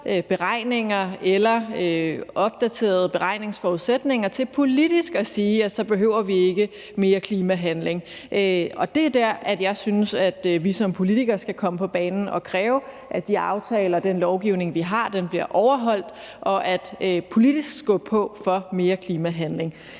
beregninger eller opdaterede beregningsforudsætninger til politisk at sige, at så behøver vi ikke mere klimahandling. Det er der, hvor jeg synes, at vi som politikere skal komme på banen og kræve, at de aftaler og den lovgivning, vi har, bliver overholdt, og politisk skubbe på for mere klimahandling.